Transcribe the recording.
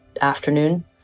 afternoon